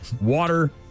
water